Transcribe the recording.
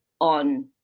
on